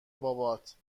بابات